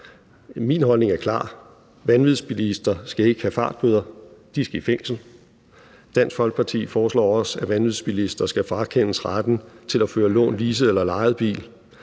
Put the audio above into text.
Min holdning er klar: Vanvidsbilister skal ikke have fartbøder, de skal i fængsel. Dansk Folkeparti foreslår også, at vanvidsbilister skal frakendes retten til at føre lånt, leaset eller lejet bil.